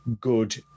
good